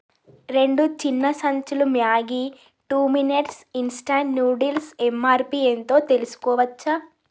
రెండు చిన్న సంచులు Maggi two minutes instant noodles MRP ఎంతో తెలుసుకోవచ్చా